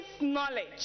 knowledge